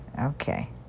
okay